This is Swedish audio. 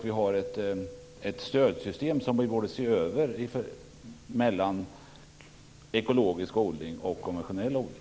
Vi har ett stödsystem som vi borde se över vad gäller ekologisk odling och konventionell odling.